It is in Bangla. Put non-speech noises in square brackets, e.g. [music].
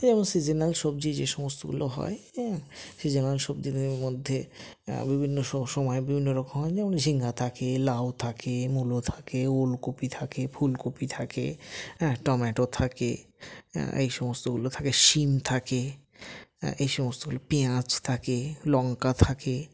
এই যেমন সিজনাল সবজি যে সমস্তগুলো হয় হ্যাঁ সিজনাল সবজি [unintelligible] মধ্যে হ্যাঁ বিভিন্ন সময় বিভিন্ন রকম হয় যেমন ঝিঙে থাকে লাউ থাকে মুলো থাকে ওল কপি থাকে ফুল কপি থাকে হ্যাঁ টমেটো থাকে হ্যাঁ এই সমস্তগুলো থাকে শিম থাকে হ্যাঁ এই সমস্তগুলো পেঁয়াজ থাকে লংকা থাকে